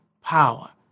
power